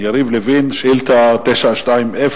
יריב לוין, שאילתא 920: